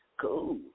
Cool